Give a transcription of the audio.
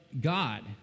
God